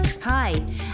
Hi